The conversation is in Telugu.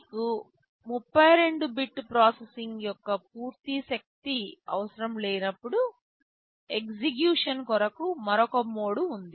మీకు 32 బిట్ ప్రాసెసింగ్ యొక్క పూర్తి శక్తి అవసరం లేనప్పుడు ఎగ్జిక్యూషన్ కొరకు మరొక మోడ్ ఉంది